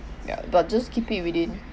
ya but just keep it within